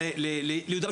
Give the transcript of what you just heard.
את מבינה?